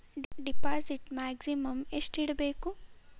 Deposit maximum ಎಷ್ಟು ಮಾಡಬೇಕು?